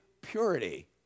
purity